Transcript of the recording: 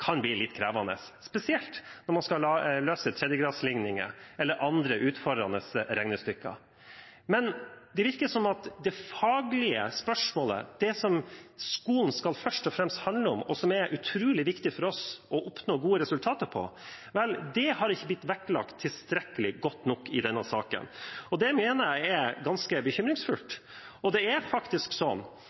kan bli litt krevende – spesielt når man skal løse tredjegrads likninger eller andre utfordrende regnestykker. Det virker som om det faglige spørsmålet – det som skolen først og fremst skal handle om, og som det er utrolig viktig for oss å oppnå gode resultater på – ikke har blitt vektlagt tilstrekkelig i denne saken. Det mener jeg er ganske bekymringsfullt. Det er faktisk sånn